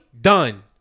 Done